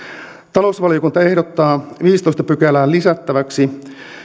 talousvaliokunta ehdottaa viidenteentoista pykälään lisättäväksi